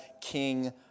king